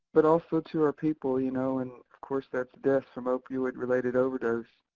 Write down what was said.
but also to our people, you know, and of course that's deaths from opioid-related overdose.